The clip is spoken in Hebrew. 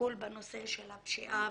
הטיפול בנושא של הפשיעה